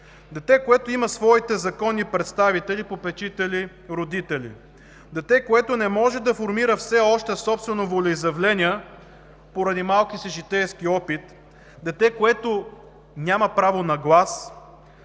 Дете, което има своите законни представители, попечители и родители, дете, което не може да формира все още собствено волеизявление поради малкия си житейски опит, дете, което няма право на глас,